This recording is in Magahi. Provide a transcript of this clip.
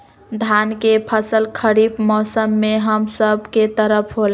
धान के फसल खरीफ मौसम में हम सब के तरफ होला